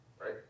right